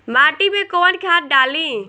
माटी में कोउन खाद डाली?